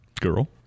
Girl